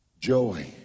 Joy